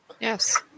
Yes